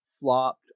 flopped